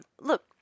look